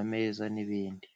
ameza n'ibindi.